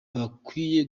bakwiye